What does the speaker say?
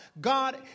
God